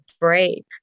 break